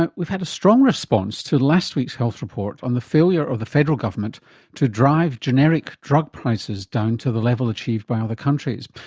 and we've had a strong response to last week's health report on the failure of the federal government to drive generic drug prices down to the level achieved by other countries.